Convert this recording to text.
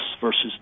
versus